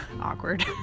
awkward